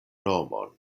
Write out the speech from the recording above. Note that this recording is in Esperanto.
nomon